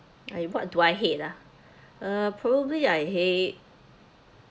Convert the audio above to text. I what do I hate ah uh probably I hate